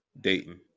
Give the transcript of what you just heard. Dayton